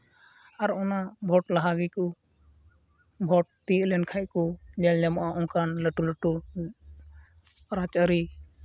ᱟᱨ ᱚᱱᱟ ᱵᱷᱳᱴ ᱞᱟᱦᱟ ᱨᱮᱜᱮᱠᱩ ᱵᱷᱳᱴ ᱛᱤᱭᱟᱹᱜ ᱞᱮᱱ ᱠᱷᱟᱡ ᱜᱮᱠᱩ ᱧᱮᱞ ᱧᱟᱢᱚᱜᱼᱟ ᱚᱱᱠᱟᱱ ᱞᱟᱹᱴᱩ ᱞᱟᱹᱴᱩ ᱨᱟᱡᱽᱼᱟᱹᱨᱤ